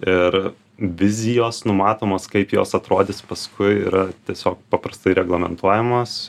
ir vizijos numatomos kaip jos atrodys paskui yra tiesiog paprastai reglamentuojamos